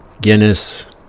guinness